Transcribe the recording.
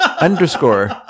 Underscore